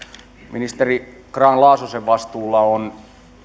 ministeri grahn laasosen vastuulla on